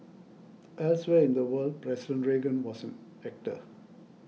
elsewhere in the world President Reagan was an actor